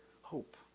hope